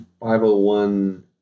501